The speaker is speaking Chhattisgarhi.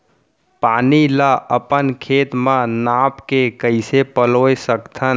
पानी ला अपन खेत म नाप के कइसे पलोय सकथन?